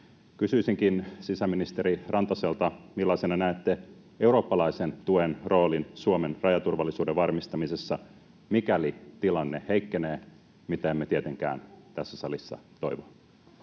Kysyisinkin sisäministeri Rantaselta: millaisena näette eurooppalaisen tuen roolin Suomen rajaturvallisuuden varmistamisessa, mikäli tilanne heikkenee, mitä emme tietenkään tässä salissa toivo?